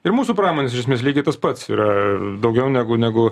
ir mūsų pramonės iš esmės lygiai tas pats yra daugiau negu negu